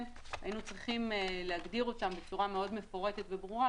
היינו צריכים להגדיר אותם בצורה מפורטת מאוד וברורה,